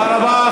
תודה רבה,